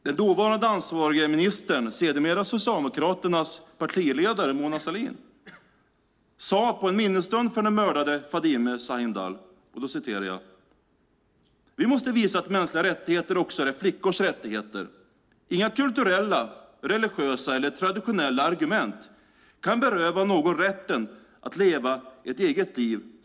Den dåvarande ansvariga ministern, sedermera Socialdemokraternas partiledare, Mona Sahlin sade på en minnesstund för den mördade Fadime Sahindal att vi måste visa att mänskliga rättigheter också är flickors rättigheter. Inga kulturella, religiösa eller traditionella argument kan beröva någon rätten att leva ett eget liv.